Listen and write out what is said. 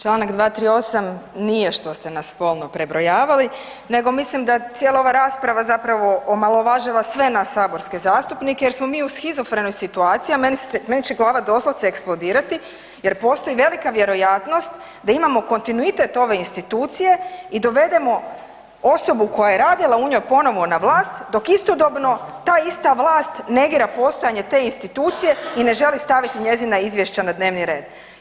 Čl. 238., nije što ste nas spolno prebrojavali nego mislim da je cijela ova rasprava zapravo omalovažila sve nas saborske zastupnike jer smo mi u shizofrenoj situaciji a meni će glava doslovce eksplodirati jer postoji velika vjerovatno da imamo kontinuitet ove institucije i dovedemo osobu koja je radila u njoj, ponovno na vlast dok istodobno ta ista vlast negira postojanje te institucije i ne želi staviti njezina izvješća na dnevni red.